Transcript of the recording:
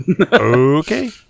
Okay